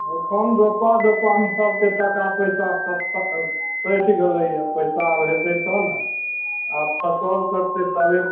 अखन रोपा दोपामे सबके टाका पैसा सठि गेलैय पैसा आब हेतय तऽ ने आब फसल करतय तबे